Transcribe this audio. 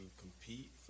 compete